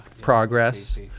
progress